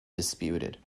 disputed